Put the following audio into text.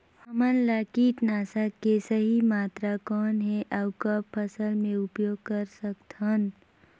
हमला कीटनाशक के सही मात्रा कौन हे अउ कब फसल मे उपयोग कर सकत हन?